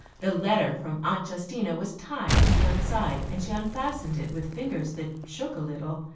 the letter from aunt justina was tied to one side, and she unfastened it with fingers that shook a little.